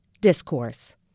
discourse